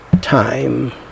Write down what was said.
time